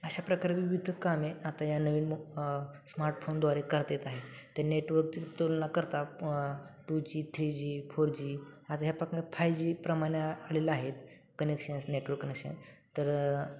अशा प्रकारे विविध कामे आता या नवीन स्मार्टफोनद्वारे करतात आहेत ते नेटवर्क तुलना करता two G three G four G आता ह्या पाकने फाय जी प्रमाणे आलेलं आहेत कनेक्शन्स नेटवर्क कनेक्शन तर